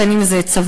בין אם זה צבא,